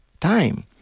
time